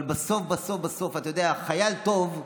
אבל בסוף בסוף בסוף, אתה יודע, חייל טוב,